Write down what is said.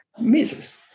misses